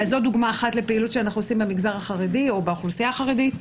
זו דוגמה אחת לפעילות שאנחנו עושים במגזר החרדי או באוכלוסייה החרדית.